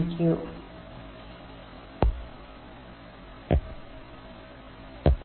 நன்றி